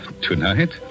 Tonight